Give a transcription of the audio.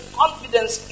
confidence